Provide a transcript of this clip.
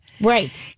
Right